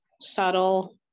subtle